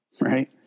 right